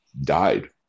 died